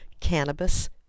cannabis